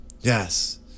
Yes